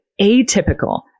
atypical